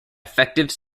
effective